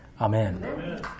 Amen